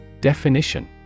Definition